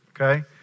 okay